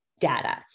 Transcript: data